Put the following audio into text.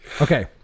Okay